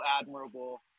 admirable